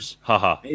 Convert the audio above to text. haha